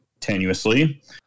tenuously